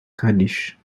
kurdish